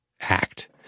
act